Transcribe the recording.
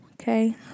okay